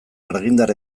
argindar